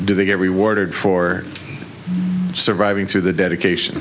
do they get rewarded for surviving through the dedication